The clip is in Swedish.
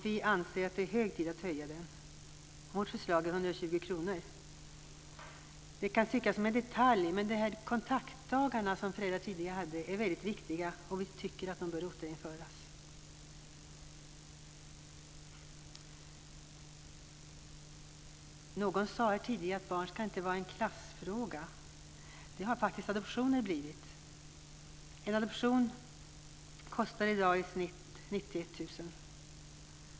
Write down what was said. Vi anser att det är hög tid att höja den. Vårt förslag är 120 kr. Det kan tyckas som en detalj, men de kontaktdagar som föräldrar tidigare hade är väldigt viktiga. Vi tycker att de bör återinföras. Någon sade här tidigare att barn inte ska vara en klassfråga. Det har faktiskt adoptioner blivit. En adoption kostar i dag i snitt 90 000 kr.